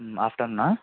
ఆఫ్టర్నూనా